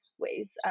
ways